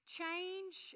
change